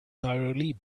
entirely